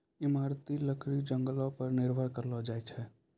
इमारती लकड़ी जंगलो पर निर्भर करलो जाय छै